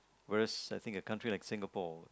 whereas I think a country like Singapore